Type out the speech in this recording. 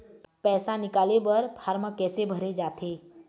पैसा निकाले बर फार्म कैसे भरे जाथे?